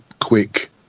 quick